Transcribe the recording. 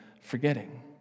Forgetting